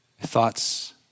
thoughts